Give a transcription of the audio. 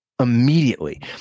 immediately